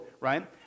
right